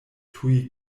tuj